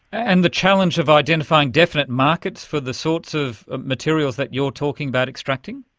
and the challenge of identifying definite markets for the sorts of materials that you're talking about extracting?